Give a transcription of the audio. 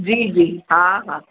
जी जी हा हा